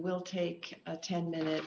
will take a ten minute